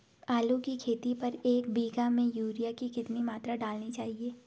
आलू की खेती पर एक बीघा में यूरिया की कितनी मात्रा डालनी चाहिए?